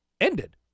ended